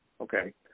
okay